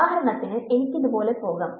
ഉദാഹരണത്തിന് എനിക്ക് ഇതുപോലെ പോകാം